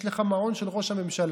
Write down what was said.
יש לך מעון של ראש הממשלה,